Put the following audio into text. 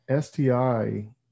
STI